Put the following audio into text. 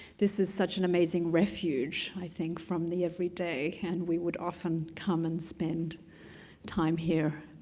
this is such an amazing refuge i think from the everyday, and we would often come and spend time here